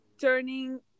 turning